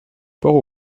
port